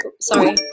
Sorry